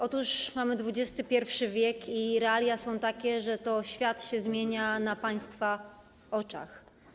Otóż mamy XXI w. i realia są takie, że to świat się zmienia na państwa oczach.